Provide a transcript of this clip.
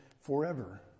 forever